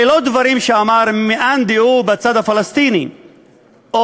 אלה לא דברים שאמר מאן דהוא בצד הפלסטיני או